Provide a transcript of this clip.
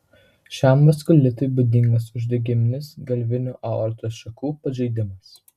šiam vaskulitui būdingas uždegiminis galvinių aortos šakų pažeidimas